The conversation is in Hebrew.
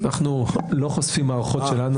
אנחנו לא חושפים מערכות שלנו.